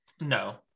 No